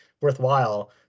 worthwhile